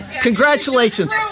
Congratulations